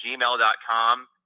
gmail.com